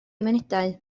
munudau